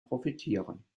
profitieren